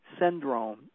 syndrome